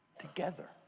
together